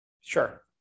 sure